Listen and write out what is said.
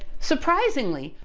surprisingly,